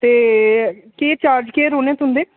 ते केह् चार्ज केह् चार्ज न तुंदे